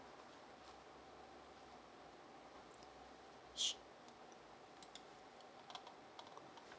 sure